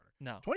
No